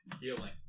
Healing